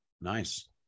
Nice